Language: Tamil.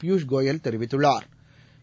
பியூஷ்கோயல் தெரிவித்துள்ளாா்